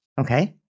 Okay